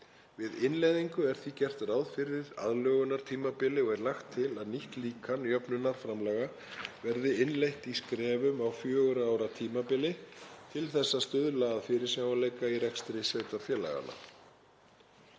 Við innleiðingu er því gert ráð fyrir aðlögunartímabili og er lagt til að nýtt líkan jöfnunarframlaga verði innleitt í skrefum á fjögurra ára tímabili til þess að stuðla að fyrirsjáanleika í rekstri sveitarfélaganna.